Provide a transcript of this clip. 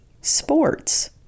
Sports